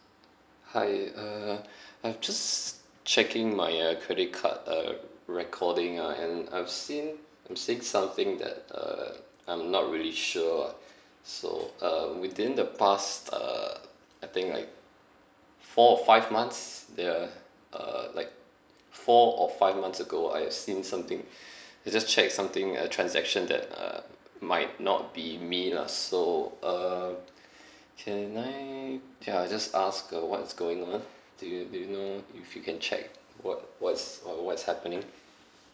hi uh I've just checking my uh credit card uh recording ah and I've seen I'm seeing something that uh I'm not really sure ah so uh within the past uh I think like four or five months there are uh like four or five months ago I have seen something I just checked something uh transaction that uh might not be me lah so uh can I can I just ask uh what is going on do you do you know if you can check what what is wha~ what is happening